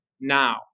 now